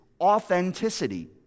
authenticity